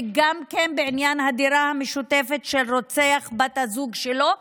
וגם בעניין הדירה המשותפת של רוצח בת הזוג שלו,